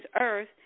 earth